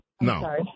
No